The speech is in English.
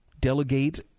delegate